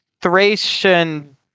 Thracian